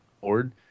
board